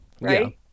right